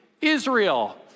Israel